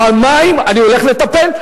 במים אני הולך לטפל,